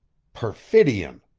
perfidion!